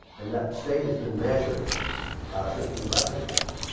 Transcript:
and that stake has been measured since we left it there.